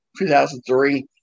2003